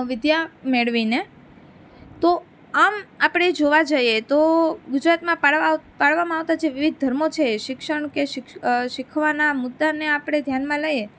વિદ્યા મેળવીને તો આમ આપણે જોવા જઈએ તો ગુજરાતમાં પાળવામાં આવતા જે વિવિધ ધર્મો છે શિક્ષણ કે શિખવાના મુદ્દાને આપણે ધ્યાનમાં લઈએ